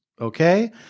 Okay